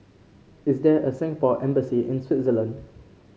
is there a Singapore Embassy in Switzerland